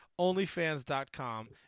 OnlyFans.com